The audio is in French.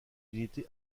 unités